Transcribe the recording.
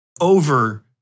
over